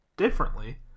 differently